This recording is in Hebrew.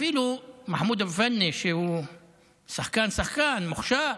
אפילו מוחמד אבו פאני שהוא שחקן שחקן, מוכשר,